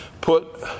put